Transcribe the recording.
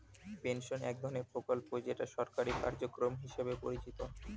pension এক ধরনের প্রকল্প যেটা সরকারি কার্যক্রম হিসেবে পরিচিত